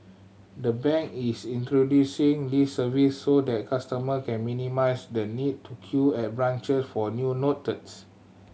the bank is introducing this service so that customer can minimise the need to queue at branche for new notice